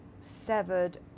severed